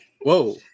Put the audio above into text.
Whoa